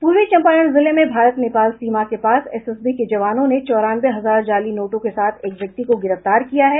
पूवी चंपारण जिले में भारत नेपाल सीमा के पास एसएसबी के जवानों ने चौरानवे हजार जाली नोटों के साथ एक व्यक्ति को गिरफ्तार किया है